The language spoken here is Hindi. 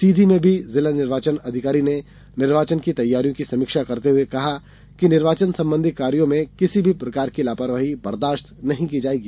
सीधी में भी जिला निर्वाचन अधिकारी ने निर्वाचन की तैयारियों की समीक्षा करते हए कहा कि निर्वाचन संबंधी कार्यो में किसी भी प्रकार की लापरवाही बर्दाश्त नहीं की जायेगी